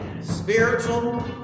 spiritual